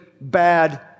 bad